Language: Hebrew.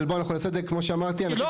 אבל בוא, אנחנו נעשה את זה, כמו שאמרתי, בסדר.